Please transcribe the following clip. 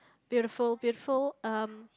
beautiful beautiful um